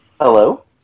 Hello